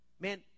Man